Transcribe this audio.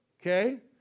okay